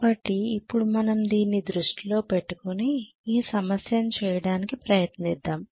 కాబట్టి ఇప్పుడు దీన్ని దృష్టిలో పెట్టుకుని ఈ సమస్యను చేయడానికి ప్రయత్నిద్దాం